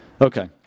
Okay